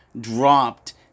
dropped